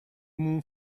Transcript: moon